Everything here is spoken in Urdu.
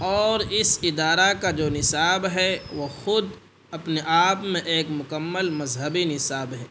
اور اس ادارہ کا جو نصاب ہے وہ خود اپنے آپ میں ایک مکمل مذہبی نصاب ہے